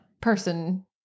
person